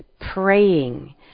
praying